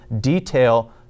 detail